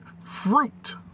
fruit